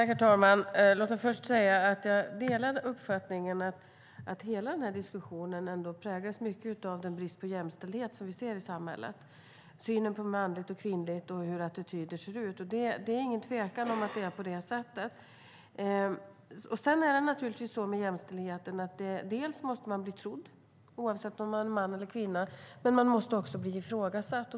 Herr talman! Låt mig först säga att jag delar uppfattningen att hela diskussionen präglas mycket av den brist på jämställdhet som vi ser i samhället, synen på manligt och kvinnligt och hur attityderna ser ut. Det är ingen tvekan om att det är på det sättet. Med jämställdhet är det så att man måste bli trodd, oavsett om man är man eller kvinna. Men man måste också bli ifrågasatt.